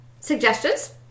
suggestions